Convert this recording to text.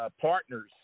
partners